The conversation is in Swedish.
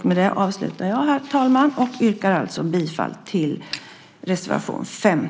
Med detta yrkar jag avslutningsvis bifall till reservation 15.